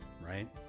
Right